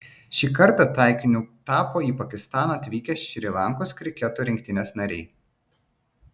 šį kartą taikiniu tapo į pakistaną atvykę šri lankos kriketo rinktinės nariai